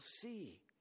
see